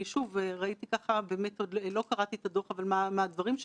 אנחנו מדברים על היישום ומה יקרה מפה והלאה.